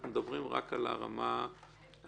אנחנו מדברים רק על הרמה הראשונה,